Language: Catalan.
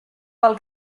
pel